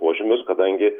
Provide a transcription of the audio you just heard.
požymius kadangi